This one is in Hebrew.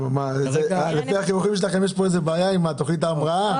לפי זה יש איזושהי בעיה עם תכנית ההבראה.